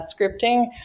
scripting